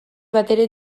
batere